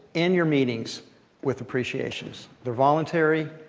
end your meetings with appreciations. they're voluntary.